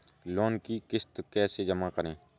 Loan की किश्त कैसे जमा करें?